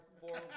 four